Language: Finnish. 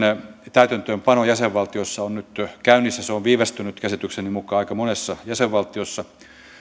täytäntöönpano jäsenvaltioissa on nyt käynnissä se on viivästynyt käsitykseni mukaan aika monessa jäsenvaltiossa